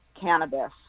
cannabis